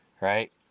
Right